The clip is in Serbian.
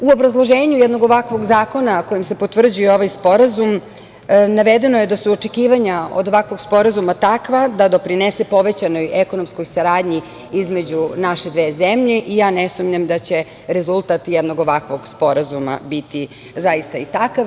U obrazloženju jednog ovakvog zakona, kojim se potvrđuje ovaj Sporazum, navedeno je da su očekivanja od jednog ovakvog sporazuma takva da doprinese povećanoj ekonomskoj saradnji između naše dve zemlje i ja ne sumnjam da će rezultat jednog ovakvog sporazuma biti zaista i takav.